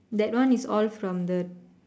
that one is all from the